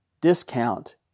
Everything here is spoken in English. discount